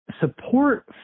support